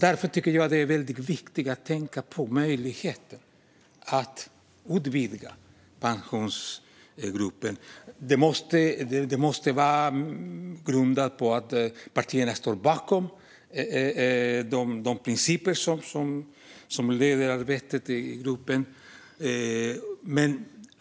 Därför tycker jag att det är väldigt viktigt att tänka på möjligheten att utvidga Pensionsgruppen. Grunden måste vara att partierna står bakom de principer som leder arbetet i gruppen.